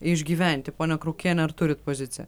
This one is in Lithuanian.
išgyventi ponia krukiene ar turit poziciją